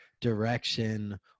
direction